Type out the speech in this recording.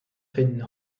finden